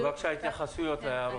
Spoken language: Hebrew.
בבקשה, התייחסויות, הערות.